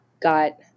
got